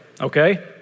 okay